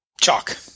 Chalk